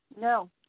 No